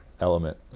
element